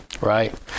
right